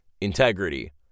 integrity